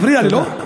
אתה מפריע לי, לא?